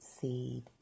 seed